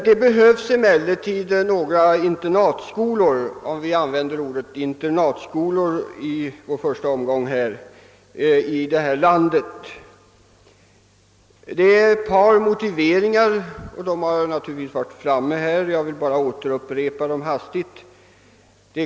Det behövs emellertid några internatskolor i vårt land. Motiveringar härför har framförts här i kammaren och jag skall bara upprepa dem som hastigast.